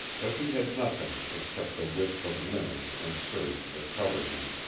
but he had nothing except the wisp of linen and serge that covered him,